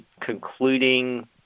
concluding